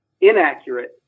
inaccurate